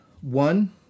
One